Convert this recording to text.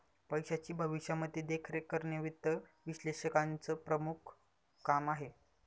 पैशाची भविष्यामध्ये देखरेख करणे वित्त विश्लेषकाचं प्रमुख काम आहे